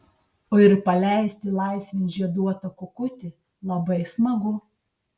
o ir paleisti laisvėn žieduotą kukutį labai smagu